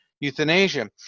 euthanasia